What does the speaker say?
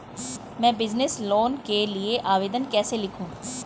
मैं business loan के लिए आवेदन कैसे लिखूँ?